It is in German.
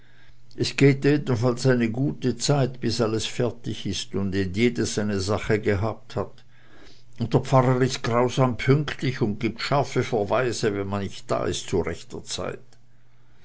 es geht jedenfalls eine gute zeit bis alles fertig ist und ein jedes seine sache gehabt hat und der pfarrer ist grausam pünktlich und gibt scharfe verweise wenn man nicht da ist zu rechter zeit